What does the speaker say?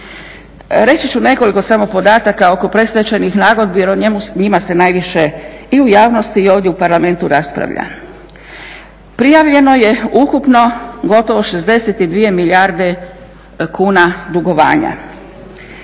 Reći ću nekoliko samo podataka oko predstečajnih nagodbi, jer o njima se najviše i u javnosti i ovdje u Parlamentu raspravlja. Prijavljeno je ukupno gotovo 62 milijarde kuna dugovanja.